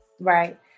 Right